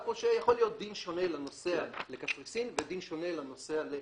פה שיכול להיות דין שונה לנוסע לקפריסין ודין שונה לנוסע לאילת.